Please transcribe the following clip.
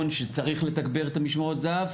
שצריך לתגבר את המשמרות זהב,